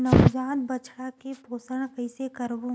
नवजात बछड़ा के पोषण कइसे करबो?